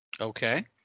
Okay